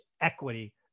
equity